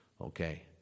Okay